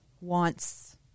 wants